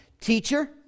Teacher